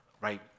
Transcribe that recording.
right